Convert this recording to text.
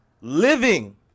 living